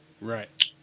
Right